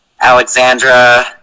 Alexandra